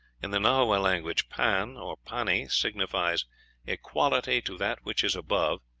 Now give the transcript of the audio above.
in the nahua language pan, or pani, signifies equality to that which is above,